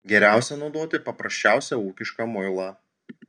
geriausia naudoti paprasčiausią ūkišką muilą